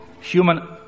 Human